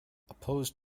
opposed